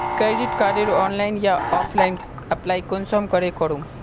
Credit कार्डेर online या offline apply कुंसम करे करूम?